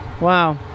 Wow